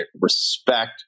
respect